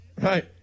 right